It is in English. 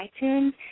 iTunes